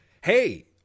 hey